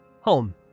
Home